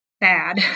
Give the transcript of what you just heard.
bad